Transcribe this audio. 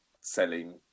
selling